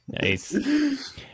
Nice